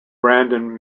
brandon